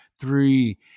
Three